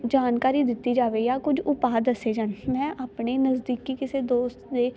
ਜਾਣਕਾਰੀ ਦਿੱਤੀ ਜਾਵੇ ਜਾਂ ਕੁਝ ਉਪਾਅ ਦੱਸੇ ਜਾਣ ਮੈਂ ਆਪਣੇ ਨਜ਼ਦੀਕੀ ਕਿਸੇ ਦੋਸਤ ਦੇ